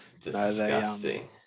disgusting